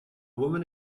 woman